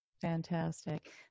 Fantastic